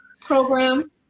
program